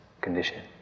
condition